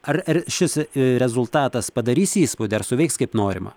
ar ar šis rezultatas padarys įspūdį ar suveiks kaip norima